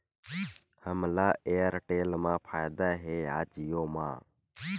हमला एयरटेल मा फ़ायदा हे या जिओ मा?